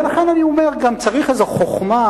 ולכן אני אומר: גם צריך איזו חוכמה